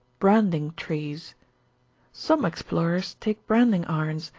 branding trees some explorers take branding irons,